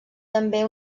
també